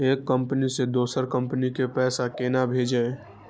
एक कंपनी से दोसर कंपनी के पैसा केना भेजये?